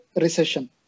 recession